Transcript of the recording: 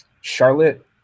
charlotte